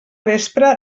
vespra